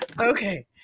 Okay